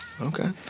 Okay